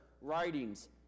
writings